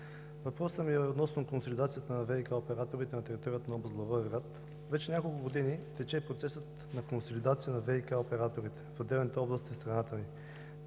Въпросът ми е относно консолидацията на ВиК операторите на територията на област Благоевград. Вече няколко години тече процес на консолидация на ВиК операторите в отделните области в страната ни.